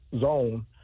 zone